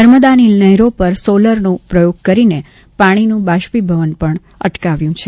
નર્મદાની નહેરો પર સોલરનો પ્રયોગ કરીને પાણીનું બાષ્પીભવન પણ અટકાવ્યું છે